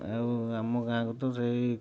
ଆଉ ଆମ ଗାଁକୁ ତ ସେଇ